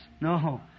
no